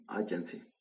agency